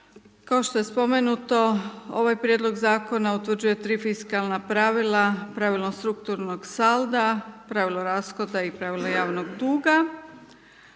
Kao što je spomenuto, ovaj prijedlog Zakona utvrđuje 3 fiskalna pravila, Pravilo strukturnog salda, Pravilo rashoda i Pravilo javnog duga.